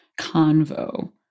convo